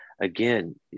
again